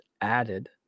added